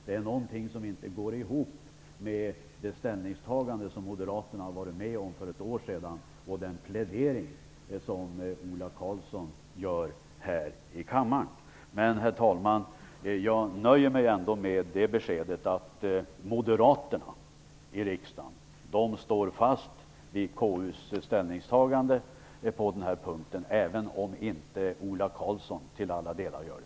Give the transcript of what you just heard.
Detta går inte ihop med det ställningstagande som Moderaterna för ett år sedan var med om att göra och den plädering som Ola Karlsson gör här i kammaren. Herr talman! Jag nöjer mig ändå med beskedet att Moderaterna i riksdagen står fast vid KU:s ställningstagande på den punkten, även om Ola Karlsson till alla delar inte gör det.